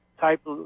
Type